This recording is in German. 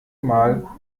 mal